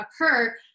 occur